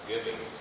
giving